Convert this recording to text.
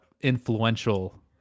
influential